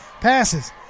passes